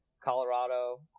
Colorado